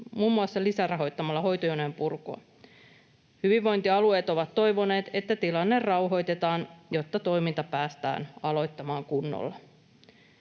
muun muassa lisärahoittamalla hoitojonojen purkua. Hyvinvointialueet ovat toivoneet, että tilanne rauhoitetaan, jotta toiminta päästään aloittamaan kunnolla.